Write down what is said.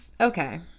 Okay